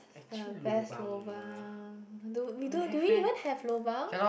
the best lobang do we do even have lobang